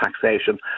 taxation